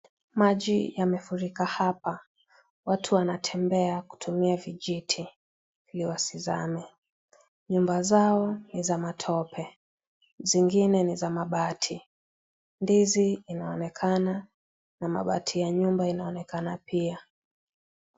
Maji yamefurika hapa. Watu wanatembea kutumia vijiti ndio wasizame. Nyumba zao ni za matope, zingine ni za mabati. Ndizi zinaonekana na mabati ya nyumba inaonekana pia.